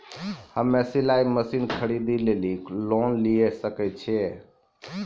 हम्मे सिलाई मसीन खरीदे लेली लोन लिये सकय छियै?